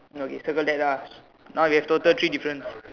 no you circle that lah now we have total three difference